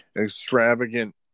extravagant